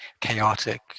chaotic